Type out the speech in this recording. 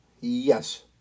Yes